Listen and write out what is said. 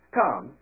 come